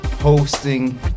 hosting